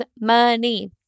money